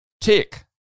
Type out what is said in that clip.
Tick